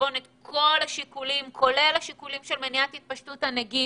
בחשבון את כל השיקולים כולל השיקול של התפשטות הנגיף.